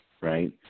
right